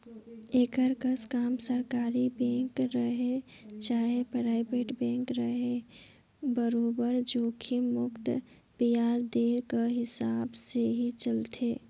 एकर कस काम सरकारी बेंक रहें चाहे परइबेट बेंक रहे बरोबर जोखिम मुक्त बियाज दर के हिसाब से ही चलथे